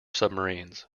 submarines